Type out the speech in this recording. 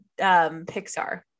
Pixar